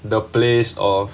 the place or